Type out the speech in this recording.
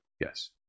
Yes